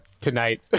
tonight